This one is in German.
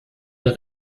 der